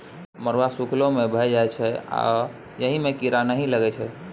मरुआ सुखलो मे भए जाइ छै आ अहि मे कीरा नहि लगै छै